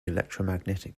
electromagnetic